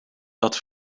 dat